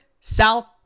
South